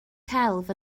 celf